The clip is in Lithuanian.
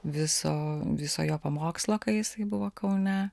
viso viso jo pamokslo kai jisai buvo kaune